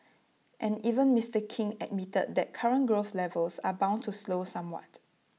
and even Mister king admitted that current growth levels are bound to slow somewhat